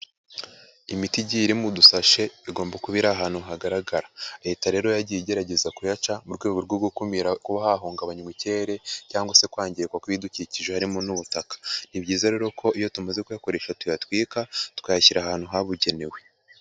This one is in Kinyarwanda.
Imiti igiye iri mu dusashe igomba kuba iri ahantu hagaragara, leta rero yagiye igerageza kuyaca mu rwego rwo gukumira kuba hahungabanywa ubukere cyangwa se kwangirika kw'ibidukikije harimo n'ubutaka, ni byiza rero ko iyo tumaze kuyakoresha tuyatwika tukayashyira ahantu habugenewe.